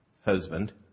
husband